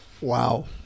Wow